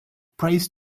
prays